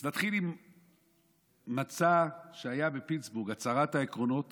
אז נתחיל עם מצע שהיה בפיטסבורג, הצהרת העקרונות